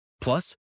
Plus